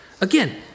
Again